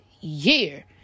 year